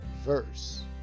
verse